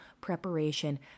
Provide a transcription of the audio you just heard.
preparation